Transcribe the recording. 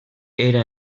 era